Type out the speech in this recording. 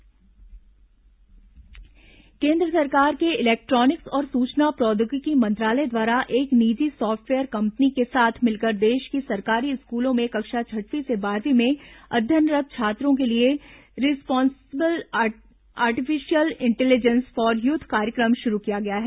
आकांक्षी जिला यूथ कार्यक्रम केन्द्र सरकार के इलेक्ट्रॉनिक्स और सूचना प्रौद्योगिकी मंत्रालय द्वारा एक निजी सॉफ्टवेयर कंपनी के साथ मिलकर देश की सरकारी स्कूलों में कक्षा छठवीं से बारहवीं में अध्ययनरत् छात्रों के लिए responsible artificial intelligence for youth कार्यक्रम शुरू किया गया है